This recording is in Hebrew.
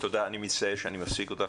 אני מצטער שאני מפסיק אותך,